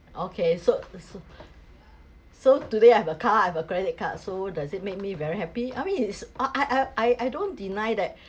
okay so so so today I have a car I have a credit card so does it made me very happy I mean it's uh I I I I don't deny that